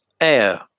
air